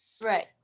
Right